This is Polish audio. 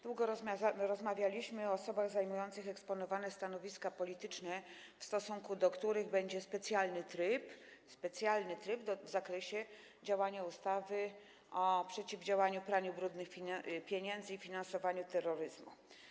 Długo rozmawialiśmy o osobach zajmujących eksponowane stanowiska polityczne, w stosunku do których będzie stosowany specjalny tryb w zakresie działania ustawy o przeciwdziałaniu praniu brudnych pieniędzy i finansowaniu terroryzmu.